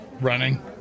running